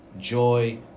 joy